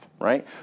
right